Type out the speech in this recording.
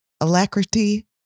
alacrity